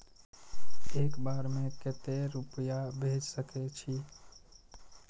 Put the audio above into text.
एक बार में केते रूपया भेज सके छी?